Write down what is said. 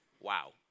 Wow